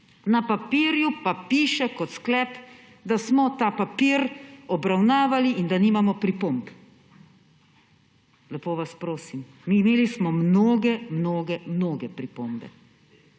Na papirju pa piše kot sklep, da smo ta papir obravnavali in da nimamo pripomb. Lepo vas prosim, imeli smo mnogo mnogo mnogo pripomb,